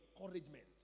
encouragement